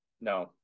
No